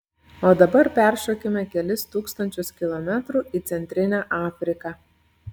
o dabar peršokime kelis tūkstančius kilometrų į centrinę afriką